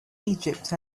egypt